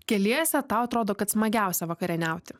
keliese tau atrodo kad smagiausia vakarieniauti